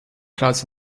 clouds